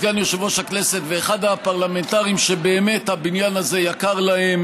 כסגן יושב-ראש הכנסת ואחד הפרלמנטרים שבאמת הבניין הזה יקר להם,